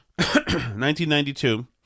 1992